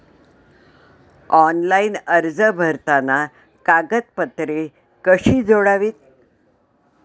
Online अर्ज भरताना कागदपत्रे कशी जोडावीत?